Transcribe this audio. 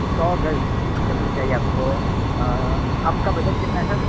سو گز زمین چاہیے آپ کو آپ کا بجٹ کتنا ہے سر